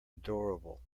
adorable